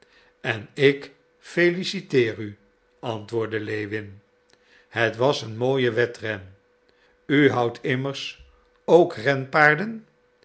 en ik feliciteer u antwoordde lewin het was een mooie wedren u houdt immers ook